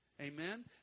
amen